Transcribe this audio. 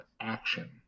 action